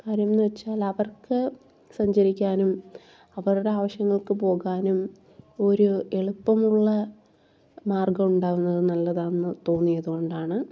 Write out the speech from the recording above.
കാരണമെന്ന് വെച്ചാൽ അവർക്ക് സഞ്ചരിക്കാനും അവരുടെ ആവശ്യങ്ങൾക്ക് പോകാനും ഒരു എളുപ്പമുള്ള മാർഗമുണ്ടാവുന്നത് നല്ലതാന്ന് തോന്നിയത് കൊണ്ടാണ്